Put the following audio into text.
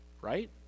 right